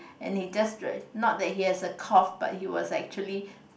and he just drank not that he has a cough but he was actually